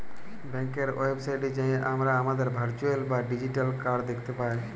ব্যাংকের ওয়েবসাইটে যাঁয়ে আমরা আমাদের ভারচুয়াল বা ডিজিটাল কাড় দ্যাখতে পায়